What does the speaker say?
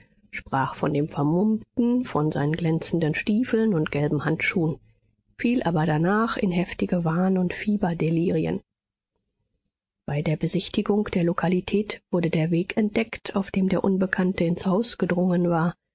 sprach von dem vermummten von seinen glänzenden stiefeln und gelben handschuhen fiel aber danach in heftige wahn und fieberdelirien bei der besichtigung der lokalität wurde der weg entdeckt auf dem der unbekannte ins haus gedrungen war